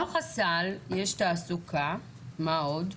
אז בתוך הסל יש תעסוקה, מה עוד?